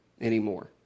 anymore